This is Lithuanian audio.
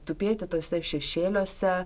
tupėti tuose šešėliuose